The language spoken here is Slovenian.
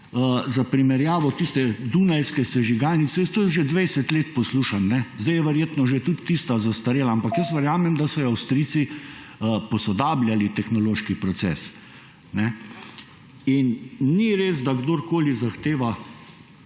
za primerjavo tiste dunajske sežigalnice. Jaz to že 20 let poslušam. Zdaj je verjetno že tudi tista zastarela, ampak verjamem, da so Avstrijci posodabljali tehnološki proces. In ni res, da kdorkoli zahteva,